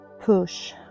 push